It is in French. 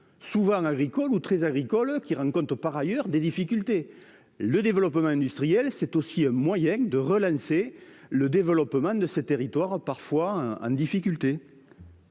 souvent agricoles ou 13 agricole qui rend compte par ailleurs des difficultés le développement industriel, c'est aussi un moyen de relancer le développement de ces territoires parfois hein hein. Difficulté.